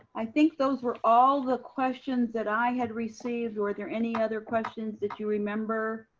i think those were all the questions that i had received. were there any other questions that you remember